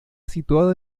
situada